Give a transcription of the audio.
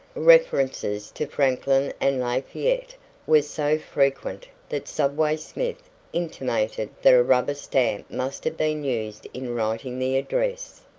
references to franklin and lafayette were so frequent that subway smith intimated that a rubber stamp must have been used in writing the address.